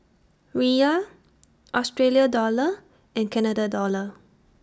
Riyal Australia Dollar and Canada Dollar